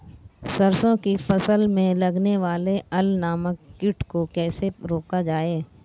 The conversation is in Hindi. सरसों की फसल में लगने वाले अल नामक कीट को कैसे रोका जाए?